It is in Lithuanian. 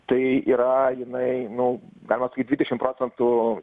tai yra jinai nu galima sakyt dvidešim procentų